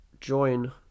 join